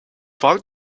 fact